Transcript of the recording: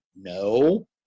No